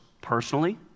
personally